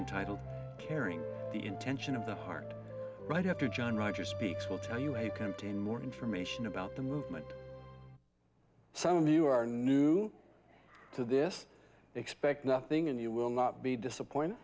and titled carrying the intention of the hard right after john rogers speaks will tell you a contain more information about the movement some of you are new to this expect nothing and you will not be disappointed